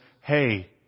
hey